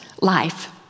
life